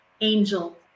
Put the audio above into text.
angel